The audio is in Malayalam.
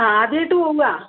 ആ ആദ്യമായിട്ട് പോവ്വ